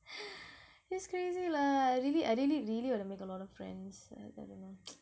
that's crazy lah really I really really ought to make a lot of friends but then I don't know